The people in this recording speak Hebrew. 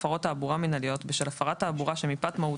הפרות תעבורה מינהליות בשל הפרת תעבורה שמפאת מהותה,